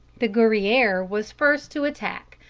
the guerriere was first to attack,